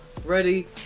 Ready